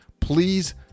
please